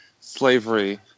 slavery